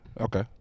okay